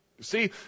See